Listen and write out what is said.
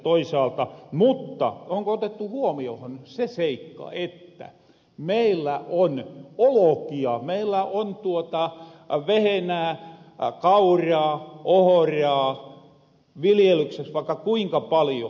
mutta onko otettu huomiohon se seikka että meillä on olokia meillä on vehenää kauraa ohoraa viljelykseks vaikka kuinka paljo